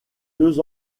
deux